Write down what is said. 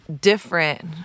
different